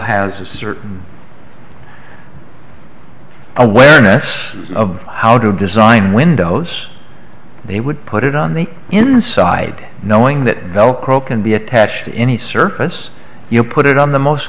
certain awareness of how to design windows he would put it on the inside knowing that velcro can be attached to any surface you put it on the most